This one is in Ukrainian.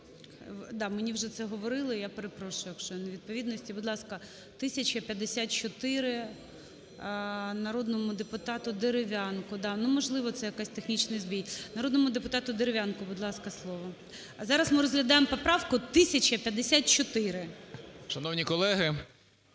Да, мені вже це говорили, я перепрошую, якщо є невідповідності. Будь ласка, 1054. Народному депутату Дерев'янку, да. Ну, можливо, це якийсь технічний збій. Народному депутату Дерев'янку, будь ласка, слово. Зараз ми розглядаємо поправку 1054.